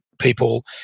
people